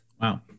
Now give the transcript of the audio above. Wow